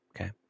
Okay